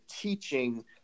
teaching